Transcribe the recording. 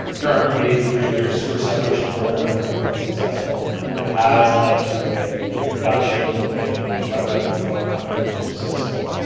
currently your your sewer separation program has been quite successful it has led to a a reduction in the wet weather flow coming in to your system.